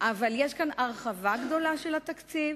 אבל יש כאן הרחבה גדולה של התקציב,